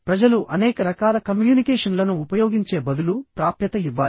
ప్రజలు అనేక రకాల కమ్యూనికేషన్లను ఉపయోగించే బదులు ప్రాప్యత ఇవ్వాలి